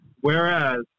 Whereas